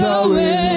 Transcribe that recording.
away